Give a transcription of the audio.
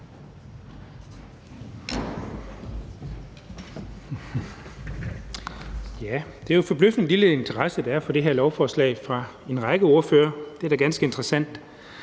Det er forbløffende så lille en interesse, der er for det her lovforslag, fra en række ordføreres side. Det er da ganske interessant.